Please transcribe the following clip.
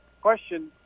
Question